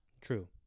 True